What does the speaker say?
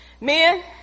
Men